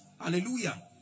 hallelujah